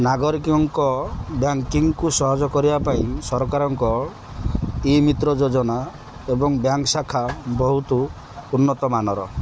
ନାଗରିକଙ୍କ ବ୍ୟାଙ୍କିଂକୁ ସହଜ କରିବା ପାଇଁ ସରକାରଙ୍କ ଇ ମିତ୍ର ଯୋଜନା ଏବଂ ବ୍ୟାଙ୍କ ଶାଖା ବହୁତ ଉନ୍ନତମାନର